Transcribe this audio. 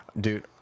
Dude